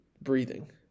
breathing